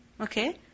okay